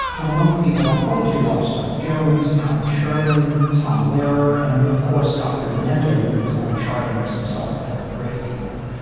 and among the people i point to are spike jones, allan sherman, tom lerer and of course, dr. demento, who was not a charting artist himself that but helped break people.